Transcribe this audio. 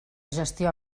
gestió